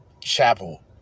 Chapel